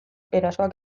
erasoak